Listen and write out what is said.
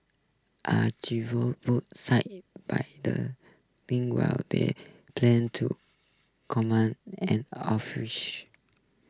are seized by the while they plan to common an